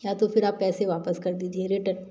या तो फिर आप पैसे वापस कर दीजिए रिटर्न